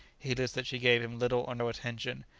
heedless that she gave him little or no attention,